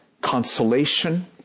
consolation